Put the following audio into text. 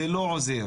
זה לא עוזר.